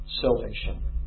salvation